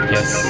Yes